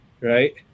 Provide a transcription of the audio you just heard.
Right